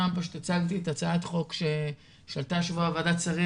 שם פשוט הצלתי את הצעת החוק שעלתה השבוע לוועדת השרים